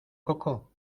coco